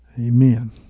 Amen